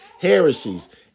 heresies